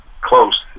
close